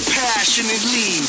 passionately